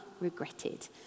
regretted